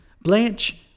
Blanche